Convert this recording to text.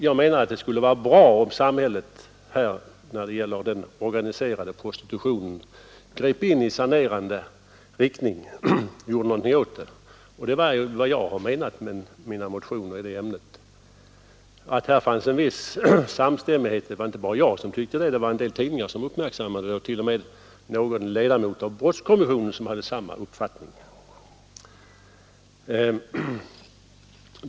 Jag menar att det skulle vara bra om samhället när det gäller den organiserade prostitutionen grep in i sanerande riktning och gjorde någonting åt detta. Det är vad jag har menat med mina motioner i det ämnet. Och här fanns en viss samstämmighet med brottskommissionen — det var inte bara jag som tyckte detta, utan en del tidningar uppmärksammade det och t.o.m. någon ledamot av brottskommissionen hade samma uppfattning.